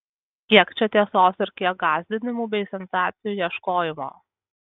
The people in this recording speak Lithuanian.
kiek čia tiesos ir kiek gąsdinimų bei sensacijų ieškojimo